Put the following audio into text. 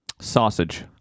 Sausage